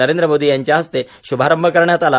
नरेंद्र मोदी यांच्या हस्ते शुभारंभ करण्यात आला